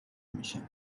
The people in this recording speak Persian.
میشن